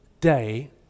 day